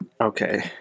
okay